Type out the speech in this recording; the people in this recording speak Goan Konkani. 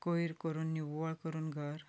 कोयर करून निव्वळ करुन घर